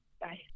Bye